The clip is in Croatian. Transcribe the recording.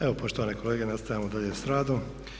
Evo, poštovane kolege nastavljamo dalje sa radom.